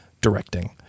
directing